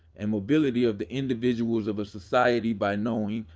and mobility of the individuals of a society by knowing,